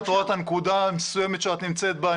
את רואה את הנקודה המסוימת שאת נמצאת בה,